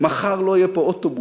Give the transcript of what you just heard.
מחר לא יהיה פה אוטובוס,